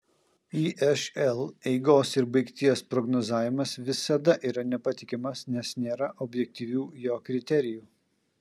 išl eigos ir baigties prognozavimas visada yra nepatikimas nes nėra objektyvių jo kriterijų